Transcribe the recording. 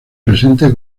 presente